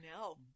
No